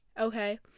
okay